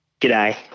G'day